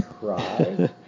try